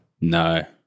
No